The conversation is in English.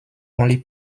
only